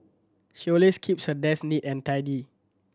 she always keeps her desk neat and tidy